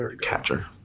Catcher